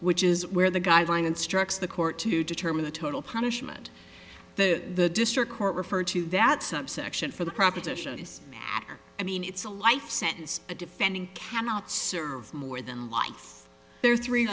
which is where the guideline instructs the court to determine the total punishment the district court referred to that subsection for the proposition is matter i mean it's a life sentence a defending cannot serve more than life there are three